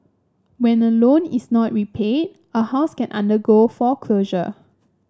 when a loan is not repaid a house can undergo foreclosure